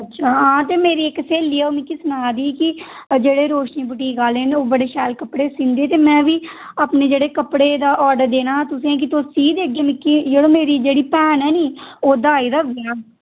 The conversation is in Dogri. अच्छा हां ते मेरी इक स्हेली ऐ ओह् मिकी सनाऽ दी ही कि जेह्ड़े रोशनी बुटीक आह्ले न ओह् बड़े शैल कपड़े सींदे ते में बी अपने जेह्ड़े कपड़े दा आर्डर देना हा तुसें ई ते क्या तुस सीऽ देगे मिकी यरो मेरी जेह्ड़ी भैन ऐ निं ओह्दा आई गेदा ब्याह्